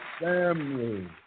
family